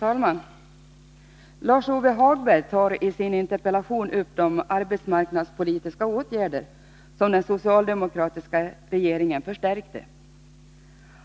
Herr talman! Lars-Ove Hagberg tar i sin interpellation upp de arbetsmarknadspolitiska åtgärder som den socialdemokratiska regeringen förstärkte.